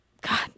god